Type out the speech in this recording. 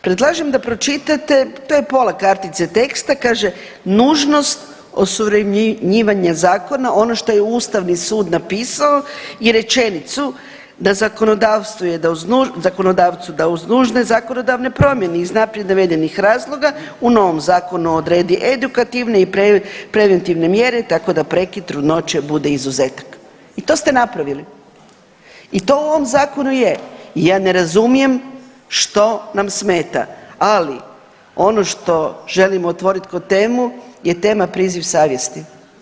Predlažem da pročitate, to je pola kartice teksta, kaže nužnost osuvremenjivanja zakona ono što je ustavni sud napisao i rečenicu na zakonodavstvu je da uz, na zakonodavcu da uz nužne zakonodavne promjene iz naprijed navedenih razloga u novom zakonu odredi edukativne i preventivne mjere tako da prekid trudnoće bude izuzetak i to ste napravili i to u ovom zakonu je i ja ne razumijem što nam smeta, ali ono što želim otvorit ko temu je tema priziv savjesti.